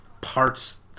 parts